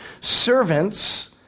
Servants